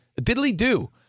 diddly-do